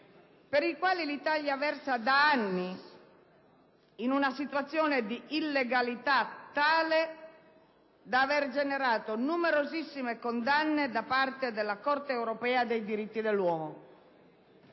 per i quali l'Italia versa da anni in una situazione di illegalità tale da avere generato numerosissime condanne da parte della Corte europea dei diritti dell'uomo.